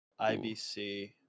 IBC